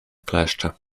kleszcze